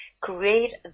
create